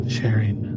sharing